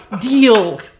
deal